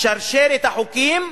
שרשרת החוקים,